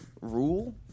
rule